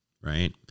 right